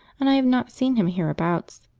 and i have not seen him hereabouts.